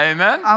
Amen